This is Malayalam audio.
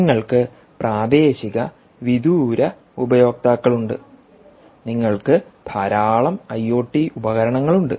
നിങ്ങൾക്ക് പ്രാദേശിക വിദൂര ഉപയോക്താക്കളുണ്ട് നിങ്ങൾക്ക് ധാരാളം ഐഒടി ഉപകരണങ്ങൾ ഉണ്ട്